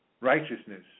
Righteousness